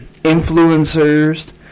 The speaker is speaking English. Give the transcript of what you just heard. influencers